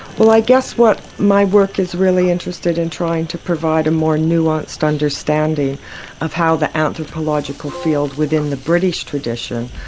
well i guess what my work is really interested in is trying to provide a more nuanced understanding of how the anthropological field, within the british tradition,